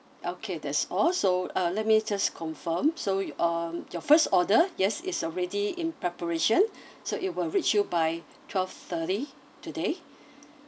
okay that's all so uh let me just confirm so um your first order yes is already in preparation so it will reach you by twelve thirty today